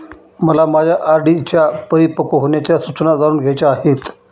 मला माझ्या आर.डी च्या परिपक्व होण्याच्या सूचना जाणून घ्यायच्या आहेत